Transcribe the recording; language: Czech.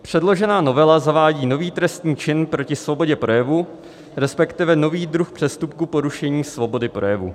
Předložená novela zavádí nový trestný čin proti svobodě projevu, resp. nový druh přestupku porušení svobody projevu.